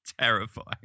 terrifying